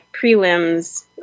prelims